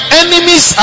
enemies